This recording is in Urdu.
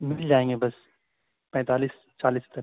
مل جائیں گے بس پینتالیس چالیس تک